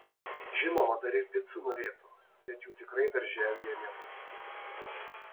žinoma dar ir picų norėtų bet jų tikrai darželyje nebus